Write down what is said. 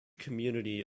community